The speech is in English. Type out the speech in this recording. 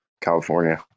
california